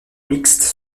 mixtes